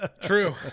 True